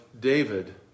David